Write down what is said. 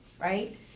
right